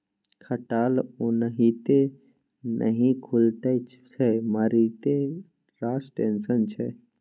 खटाल ओनाहिते नहि खुलैत छै मारिते रास टेंशन छै